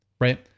Right